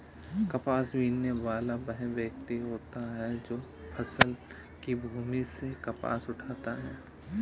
कपास बीनने वाला वह व्यक्ति होता है जो फसल की भूमि से कपास उठाता है